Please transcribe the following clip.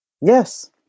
Yes